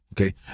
okay